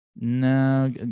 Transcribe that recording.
no